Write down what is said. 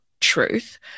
truth